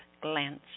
glance